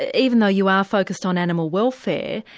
ah even though you are focused on animal welfare,